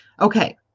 Okay